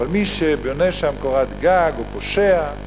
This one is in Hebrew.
אבל מי שבונה שם קורת גג הוא פושע.